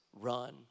run